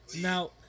Now